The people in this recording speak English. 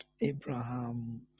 Abraham